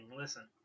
listen